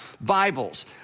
Bibles